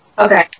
Okay